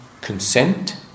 consent